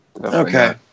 Okay